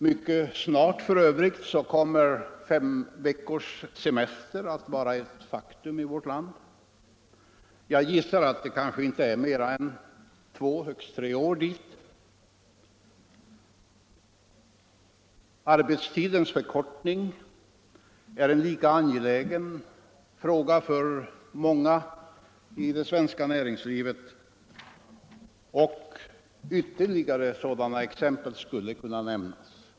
Mycket snart kommer fem veckors semester att vara ett faktum i vårt land; jag gissar att det inte är mer än två eller högst tre år dit. Arbetstidsförkortningen är en lika angelägen fråga för många i det svenska näringslivet. Ytterligare liknande exempel skulle kunna ges.